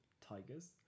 tigers